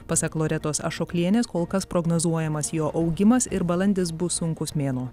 pasak loretos ašoklienės kol kas prognozuojamas jo augimas ir balandis bus sunkus mėnuo